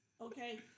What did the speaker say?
Okay